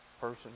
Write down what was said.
person